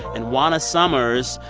and juana summers,